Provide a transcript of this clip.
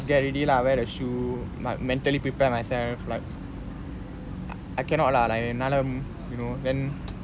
get already lah wear the shoe my mentally prepare myself like I cannot lah like என்னால:ennale you know then